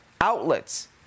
outlets